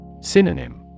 Synonym